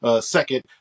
second